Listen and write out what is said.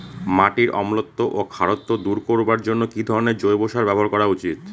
মাটির অম্লত্ব ও খারত্ব দূর করবার জন্য কি ধরণের জৈব সার ব্যাবহার করা উচিৎ?